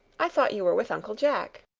i thought you were with uncle jack.